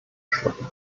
schlucken